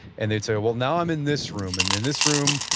and they'd say, well, now i'm in this room. and in this room,